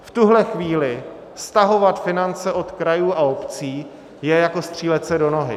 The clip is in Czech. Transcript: V tuhle chvíli stahovat finance od krajů a obcí je jako střílet se do nohy.